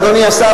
אדוני השר,